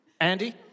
Andy